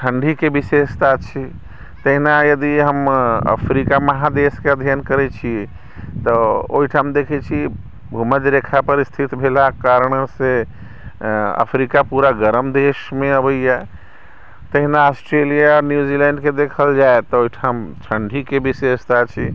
ठण्डीके विशेषता छै तहिना यदि हम अफ्रीका महादेशके अध्ययन करै छियै तऽ ओहिठाम देखै छी भूमध्य रेखापर स्थित भेलाके कारणसँ अफ्रीका पूरा गरम देशमे अबैए तहिना ऑस्ट्रेलिया न्यूजीलैंडके देखल जाय तऽ ओहिठाम ठण्डीके विशेषता छै